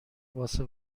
واسه